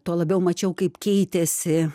tuo labiau mačiau kaip keitėsi